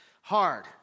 Hard